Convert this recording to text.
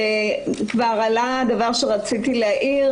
כבר עלה דבר שרציתי להעיר,